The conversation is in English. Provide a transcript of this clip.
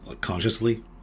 consciously